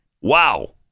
Wow